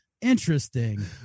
Interesting